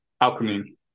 alchemy